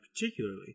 particularly